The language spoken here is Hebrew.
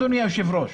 אדוני היושב-ראש.